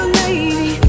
lady